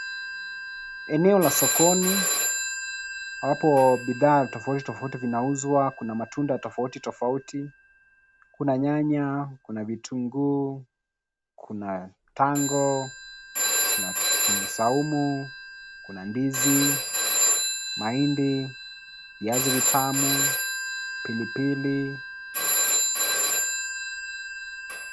Eneo la sokoni. Hapo bidhaa tofauti tofautoi vinauzwa. Kuna matunda tofauti tofauti , kuna nyanya, kuna vitunguu, kuna tango, kuna kitunguu saumu, kuna ndizi, mahindi, viazi vitamu, pilipili.